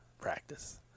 Practice